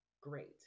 great